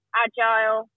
agile